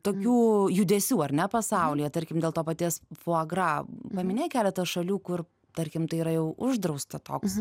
tokių judesių ar ne pasaulyje tarkim dėl to paties fo gra paminėk keletą šalių kur tarkim tai yra jau uždrausta toks